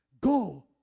Go